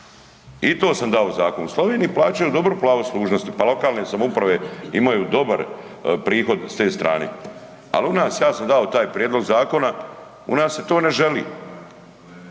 I to sam dao u zakon. U Sloveniji plaćaju dobro pravo služnosti pa lokalne samouprave imaju dobar prihod s te strane. Ali u nas, ja sam dao prijedlog zakona, u nas se to ne želi.